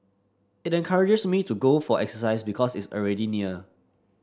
it encourages me to go for exercise because it's already near